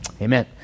amen